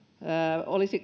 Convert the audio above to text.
olisi